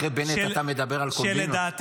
אחרי בנט אתה מדבר על קומבינות?